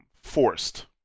forced